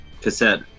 Cassette